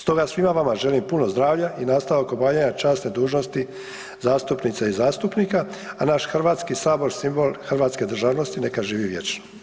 Stoga svima vama želim puno zdravlja i nastavak obavljanja časne dužnosti zastupnice i zastupnika, a naš Hrvatski sabor simbol hrvatske državnosti neka živi vječno.